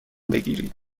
بگیرید